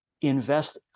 invest